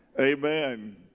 Amen